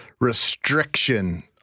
restriction